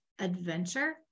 adventure